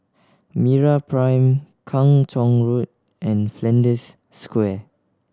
MeraPrime Kung Chong Road and Flanders Square